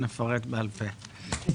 נפרט בעל פה.